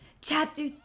Chapter